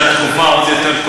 זה לא רק הליכוד, זה גם אתם?